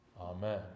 Amen